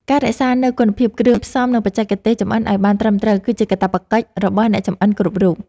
ការរក្សានូវគុណភាពគ្រឿងផ្សំនិងបច្ចេកទេសចម្អិនឱ្យបានត្រឹមត្រូវគឺជាកាតព្វកិច្ចរបស់អ្នកចម្អិនគ្រប់រូប។